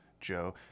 Joe